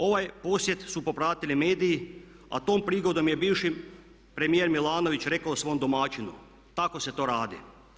Ovaj posjet su popratili mediji a tom prigodom je bivši premijer Milanović rekao svom domaćinu, „Tako se to radi!